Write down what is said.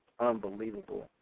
unbelievable